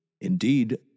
indeed